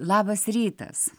labas rytas